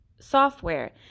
software